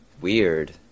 weird